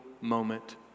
moment